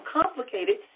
complicated